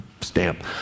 stamp